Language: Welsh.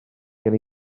gen